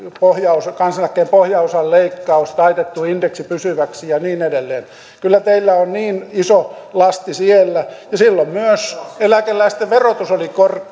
kansaneläkkeen pohjaosan leikkaus taitettu indeksi pysyväksi ja niin edelleen kyllä teillä on niin iso lasti siellä sen jälkeen myös eläkeläisten verotus oli